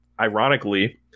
Ironically